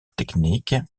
technique